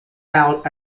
out